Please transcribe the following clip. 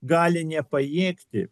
gali nepajėgti